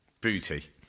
booty